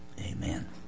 Amen